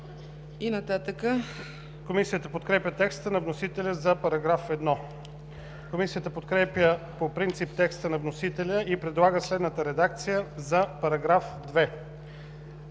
на Закона. Комисията подкрепя текста на вносителя за § 1. Комисията подкрепя по принцип текста на вносителя и предлага следната редакция за § 2: